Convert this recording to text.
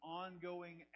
ongoing